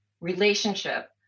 relationship